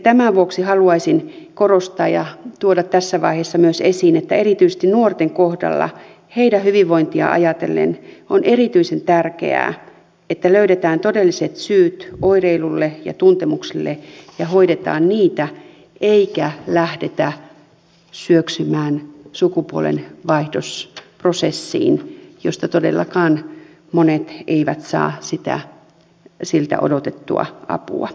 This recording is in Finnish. tämän vuoksi haluaisin korostaa ja tuoda tässä vaiheessa esiin myös että erityisesti nuorten kohdalla heidän hyvinvointiaan ajatellen on erityisen tärkeää että löydetään todelliset syyt oireilulle ja tuntemuksille ja hoidetaan niitä eikä lähdetä syöksymään sukupuolenvaihdosprosessiin josta todellakaan monet eivät saa siltä odotettua apua